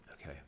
Okay